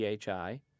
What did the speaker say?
PHI